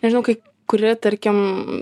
nežinau kaip kuri tarkim